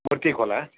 मूर्ति खोला